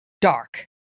Dark